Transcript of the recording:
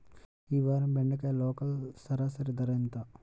ఈ వారం బెండకాయ లోకల్ సరాసరి ధర ఎంత?